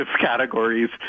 categories